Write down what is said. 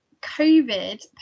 COVID